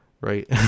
right